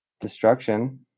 destruction